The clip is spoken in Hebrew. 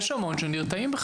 יש המון שנרתעים,